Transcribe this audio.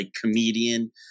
comedian